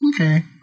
Okay